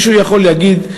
מישהו יכול להגיד,